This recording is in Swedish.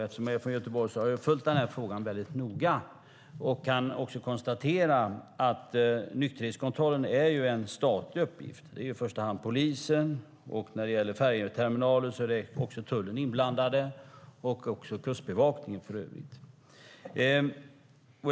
Eftersom jag är från Göteborg har jag följt den här frågan väldigt noga. Nykterhetskontrollen är en statlig uppgift. Det är i första hand polisen och när det gäller färjeterminalen också tullen och kustbevakningen som är inblandade.